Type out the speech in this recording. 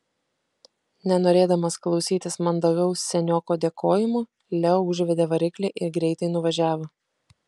nenorėdamas klausytis mandagaus senioko dėkojimų leo užvedė variklį ir greitai nuvažiavo